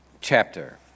chapter